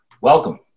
Welcome